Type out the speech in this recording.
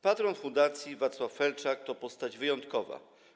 Patron fundacji Wacław Felczak to postać wyjątkowa.